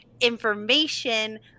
information